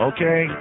Okay